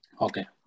Okay